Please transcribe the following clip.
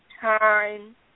time